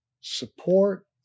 support